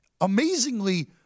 amazingly